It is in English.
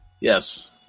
yes